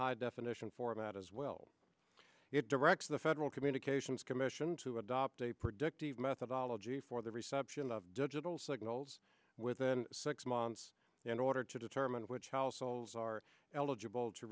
high definition format as well it directs the federal communications commission to adopt a predictive methodology for the reception of digital signals within six months in order to determine which households are eligible to